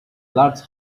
large